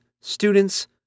students